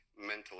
mentally